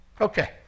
Okay